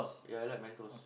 yeah I like Mentos